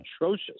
atrocious